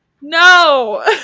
no